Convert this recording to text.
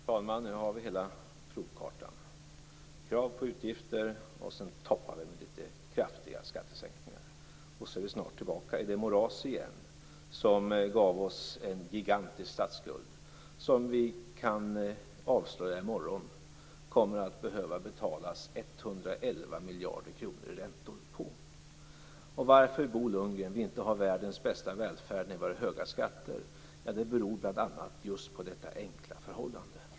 Fru talman! Nu har vi hela provkartan: Krav på utgifter, sedan toppar vi med litet kraftiga skattesänkningar, och så är vi snart tillbaka i det moras igen som gav oss en gigantisk statsskuld som vi - det kan vi avslöja i morgon - kommer att behöva betala 111 miljarder kronor i räntor på. Varför, Bo Lundgren, har vi inte världens bästa välfärd när vi har höga skatter? Det beror bl.a. på detta enkla förhållande.